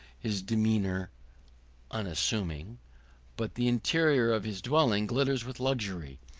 his demeanor unassuming but the interior of his dwelling glitters with luxury,